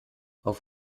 auf